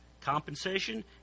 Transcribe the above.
Compensation